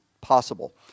possible